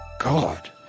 god